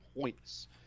points